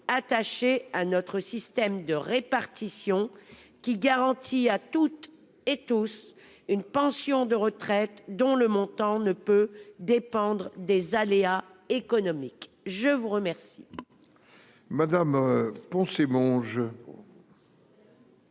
attachés à notre système de répartition, qui garantit à toutes et à tous une pension de retraite dont le montant ne peut dépendre des aléas économiques. La parole